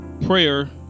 Prayer